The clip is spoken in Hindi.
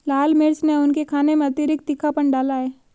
लाल मिर्च ने उनके खाने में अतिरिक्त तीखापन डाला है